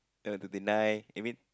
level thirty nine I mean